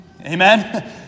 Amen